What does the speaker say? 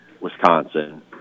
Wisconsin